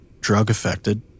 drug-affected